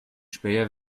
späher